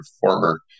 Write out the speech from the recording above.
former